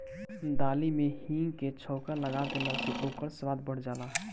दाली में हिंग के छौंका लगा देहला से ओकर स्वाद बढ़ जाला